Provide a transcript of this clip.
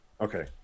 Okay